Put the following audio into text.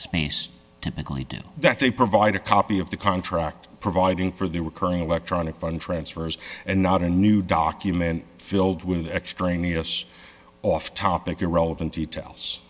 space typically do that they provide a copy of the contract providing for their work earning electronic fund transfers and not a new document filled with extraneous off topic irrelevant details